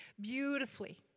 beautifully